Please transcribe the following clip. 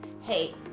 Hey